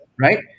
right